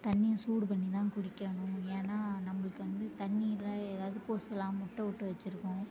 தண்ணியை சூடு பண்ணிதான் குடிக்கணும் ஏன்னால் நம்மளுக்கு வந்து தண்ணியில் எதாவது கொசுயெலாம் முட்டை விட்டு வச்சுருக்கும்